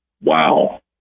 Wow